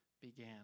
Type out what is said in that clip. began